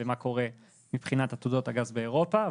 ומה קורה מבחינת עתודות הגז באירופה,